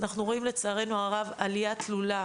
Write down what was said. לצערנו הרב, אנחנו רואים עלייה תלולה